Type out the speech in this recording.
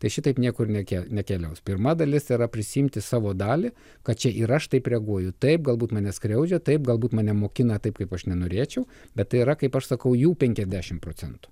tai šitaip niekur neke nekeliaus pirma dalis yra prisiimti savo dalį kad čia ir aš taip reaguoju taip galbūt mane skriaudžia taip galbūt mane mokina taip kaip aš nenorėčiau bet tai yra kaip aš sakau jų penkiasdešimt procentų